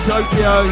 Tokyo